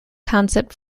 concept